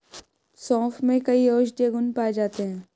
सोंफ में कई औषधीय गुण पाए जाते हैं